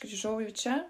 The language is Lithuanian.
grįžau jau čia